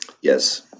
Yes